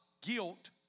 Guilt